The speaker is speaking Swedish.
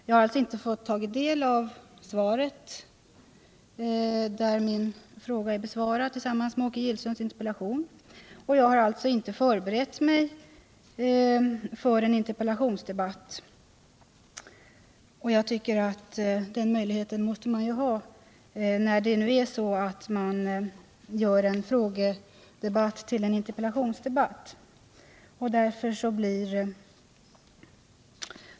Jag har inte fått ta del av det svar där min fråga är besvarad tillsammans med Åke Gillströms interpellation och har alltså inte förberett mig för en interpellationsdebatt. Jag tycker att man måste ha möjlighet att - Nr 142 förbereda sig när departementet omvandlar en frågedebatt till en interpella Tisdagen den tionsdebatt.